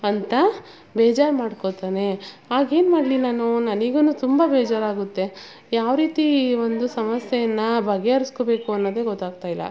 ಅಂತ ಬೇಜಾರು ಮಾಡಿಕೋತಾನೆ ಆಗ ಏನು ಮಾಡಲಿ ನಾನು ನನಿಗು ತುಂಬ ಬೇಜಾರಾಗುತ್ತೆ ಯಾವ ರೀತಿ ಒಂದು ಸಮಸ್ಯೆಯನ್ನ ಬಗೆಹರಿಸಿಕೋಬೇಕು ಅನ್ನೋದೆ ಗೊತ್ತಾಗ್ತಾ ಇಲ್ಲ